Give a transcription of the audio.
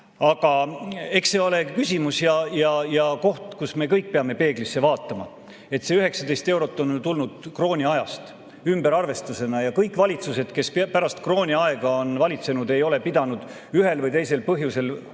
Aga eks see ole küsimus ja koht, kus me kõik peame peeglisse vaatama. See 19 eurot on tulnud krooniajast ümberarvestusena ja ükski valitsus, kes pärast krooniaega on valitsenud, ei ole ühel või teisel põhjusel